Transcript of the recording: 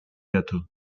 gâteau